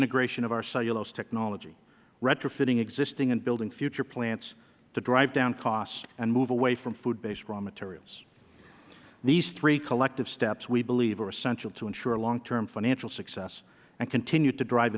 integration of our cellulose technology retro fitting existing and building future plants that drive down costs and move away from food based raw materials these three collective steps we believe are essential to ensure long term financial success and continue to drive